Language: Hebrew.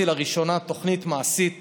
הצגתי לראשונה תוכנית מעשית